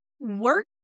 work